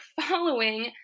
following